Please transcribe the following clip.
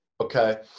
Okay